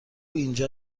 اینجا